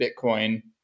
Bitcoin